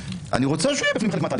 אני רוצה שהוא יהיה בפנים בחלק מהתהליך.